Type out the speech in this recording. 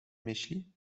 myśli